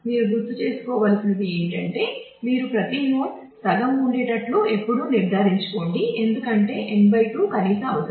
మీరు గుర్తుంచుకోవలసినది ఏమిటంటే మీరు ప్రతి నోడ్ సగం ఉండేటట్లు ఎప్పుడూ నిర్ధారించుకోండి ఎందుకంటే n 2 కనీస అవసరం